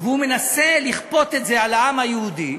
והוא מנסה לכפות את זה על העם היהודי,